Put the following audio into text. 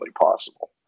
possible